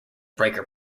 breaker